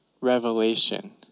revelation